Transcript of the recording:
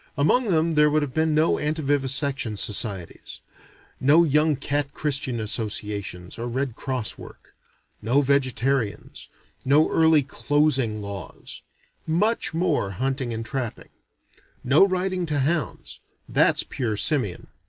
among them there would have been no antivivisection societies no young cat christian associations or red cross work no vegetarians no early closing laws much more hunting and trapping no riding to hounds that's pure simian.